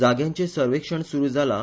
जाग्याचें सर्वेक्षण सुरू जालां